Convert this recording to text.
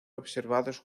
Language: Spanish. observados